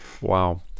Wow